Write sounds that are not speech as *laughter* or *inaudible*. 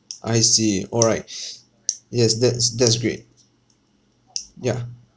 I see all right *breath* yes that's that's great ya